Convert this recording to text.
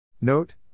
Note